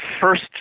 First